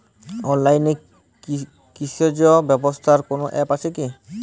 অনলাইনে কৃষিজ ব্যবসার কোন আ্যপ আছে কি?